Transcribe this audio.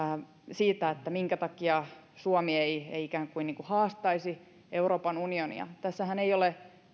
siitä minkä takia suomi ei ei ikään kuin haastaisi euroopan unionia tässähän ei ole